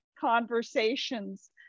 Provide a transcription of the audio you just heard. conversations